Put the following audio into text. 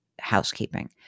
housekeeping